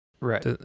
Right